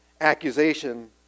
Accusation